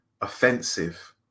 offensive